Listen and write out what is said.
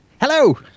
Hello